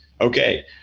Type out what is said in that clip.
Okay